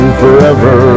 forever